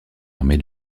armée